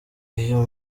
iyo